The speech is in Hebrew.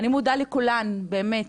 אני מודה לכולן, באמת.